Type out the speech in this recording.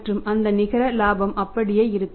மற்றும் அந்த நிகர இலாபம் அப்படியே இருக்கும்